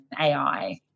AI